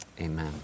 Amen